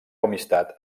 amistat